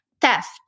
theft